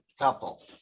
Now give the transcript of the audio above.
couple